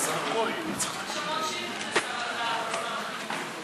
יש המון שאילתות לשר, ושר החינוך.